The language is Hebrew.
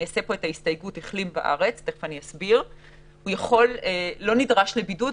לא סתם אומרת בארץ לא נדרש לבידוד,